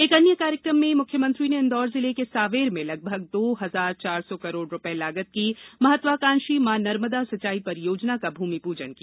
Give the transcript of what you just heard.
एक अन्य कार्यक्रम में मुख्यमंत्री ने इंदौर जिले के सांवेर में लगभग दो हजार चार सौ करोड़ रुपये लागत की महत्वाकांक्षी मॉ नर्मदा सिंचाई परियोजना का भूमिपूजन किया